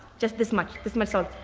just this much this much salt.